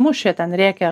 mušė ten rėkia